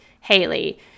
Haley